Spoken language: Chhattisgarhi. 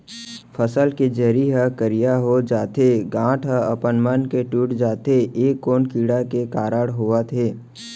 फसल के जरी ह करिया हो जाथे, गांठ ह अपनमन के टूट जाथे ए कोन कीड़ा के कारण होवत हे?